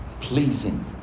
pleasing